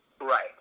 right